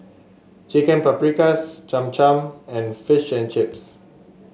Chicken Paprikas Cham Cham and Fish and Chips